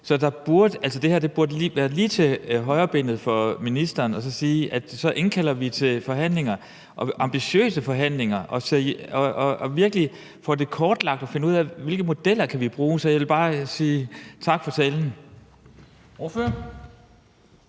Så det burde ligge lige til højrebenet for ministeren at sige, at så indkalder vi til forhandlinger, ambitiøse forhandlinger, og får det virkelig kortlagt og finder ud af, hvilke modeller vi kan bruge. Så jeg vil bare sige tak for talen.